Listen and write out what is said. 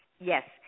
yes